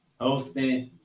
Hosting